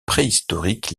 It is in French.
préhistoriques